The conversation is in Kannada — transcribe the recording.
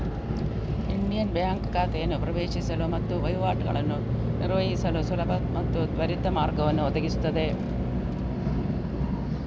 ಇಂಡಿಯನ್ ಬ್ಯಾಂಕ್ ಖಾತೆಯನ್ನು ಪ್ರವೇಶಿಸಲು ಮತ್ತು ವಹಿವಾಟುಗಳನ್ನು ನಿರ್ವಹಿಸಲು ಸುಲಭ ಮತ್ತು ತ್ವರಿತ ಮಾರ್ಗವನ್ನು ಒದಗಿಸುತ್ತದೆ